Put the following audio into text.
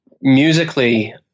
musically